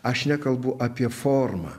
aš nekalbu apie formą